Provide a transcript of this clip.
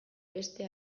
beste